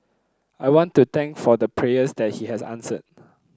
I want to thank for the prayers that he has answered